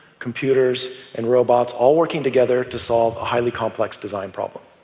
computers and robots all working together to solve a highly complex design problem.